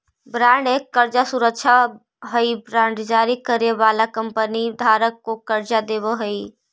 bond एक कर्जा सुरक्षा हई बांड जारी करे वाला कंपनी धारक के कर्जा देवऽ हई